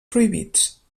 prohibits